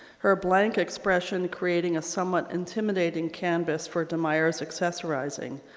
her blank expression creating a somewhat intimidating canvas for de meyer's accessorizing.